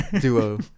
duo